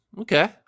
Okay